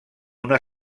una